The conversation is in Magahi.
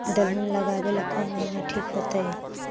दलहन लगाबेला कौन महिना ठिक होतइ?